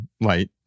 Light